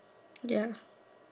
ya